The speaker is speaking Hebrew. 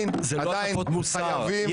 זה לא הטפות מוסר.